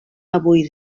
avui